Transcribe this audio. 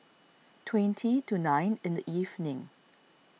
twenty to nine in the evening